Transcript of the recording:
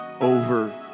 over